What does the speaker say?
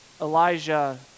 elijah